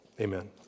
amen